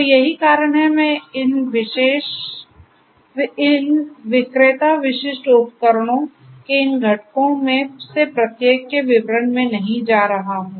तो यही कारण है कि मैं इन विक्रेता विशिष्ट उपकरणों के इन घटकों में से प्रत्येक के विवरण में नहीं जा रहा हूं